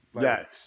Yes